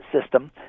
system